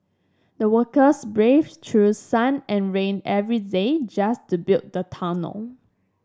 the workers braved through sun and rain every day just to build the tunnel